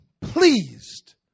Pleased